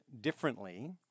differently